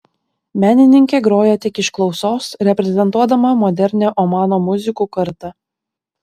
menininkė groja tik iš klausos reprezentuodama modernią omano muzikų kartą